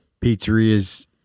pizzerias